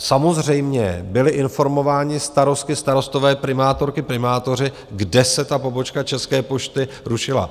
Samozřejmě byli informováni starostky, starostové, primátorky, primátoři, kde se ta pobočka České pošty rušila.